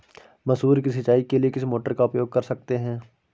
मसूर की सिंचाई के लिए किस मोटर का उपयोग कर सकते हैं?